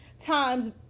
times